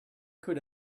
could